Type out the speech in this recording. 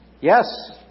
Yes